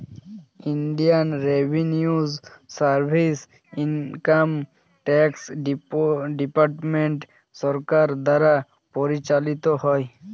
Indian revenue service income tax department সরকার দ্বারা পরিচালিত হয়